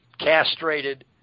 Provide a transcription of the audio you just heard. castrated